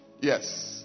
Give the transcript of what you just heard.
Yes